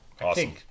Awesome